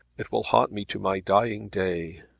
it will haunt me to my dying day!